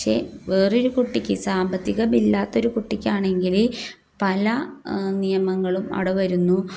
പക്ഷെ വേറെയൊരു കുട്ടിക്ക് സാമ്പത്തികമില്ലാത്തൊരു കുട്ടിക്കാണെങ്കിൽ പല നിയമങ്ങളും അവിടെ വരുന്നു